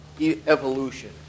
evolution